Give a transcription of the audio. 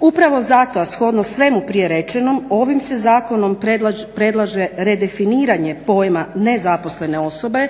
Upravo zato, a shodno svemu prije rečenom ovim se zakonom predlaže redefiniranje pojma nezaposlene osobe